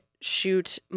shoot